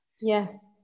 yes